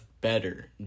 better